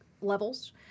levels